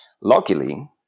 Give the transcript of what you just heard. Luckily